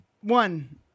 one